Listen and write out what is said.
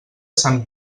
sant